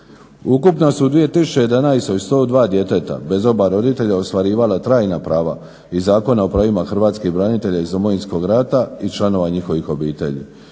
Ukupno su u 2011. 102 djeteta bez oba roditelja ostvarivala trajna prava iz Zakona o pravima hrvatskih branitelja iz Domovinskog rata i članova njihovih obitelji.